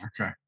Okay